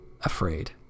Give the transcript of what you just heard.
afraid